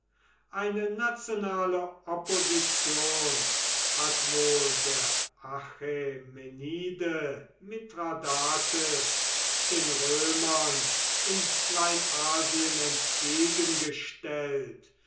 eine nationale opposition hat wohl der achämenide mithradates den römern in kleinasien entgegengestellt